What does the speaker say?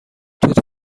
توت